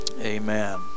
Amen